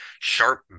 sharp